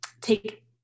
take